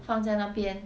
放在那边